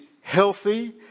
healthy